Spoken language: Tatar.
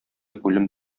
үлем